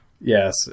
Yes